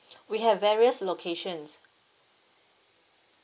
we have various locations